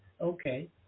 Okay